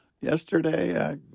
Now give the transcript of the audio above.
yesterday